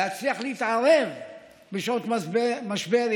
להצליח להתערב בשעות משבר,